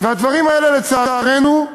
הדברים האלה, לצערנו,